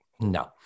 No